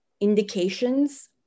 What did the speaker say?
indications